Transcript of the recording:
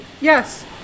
yes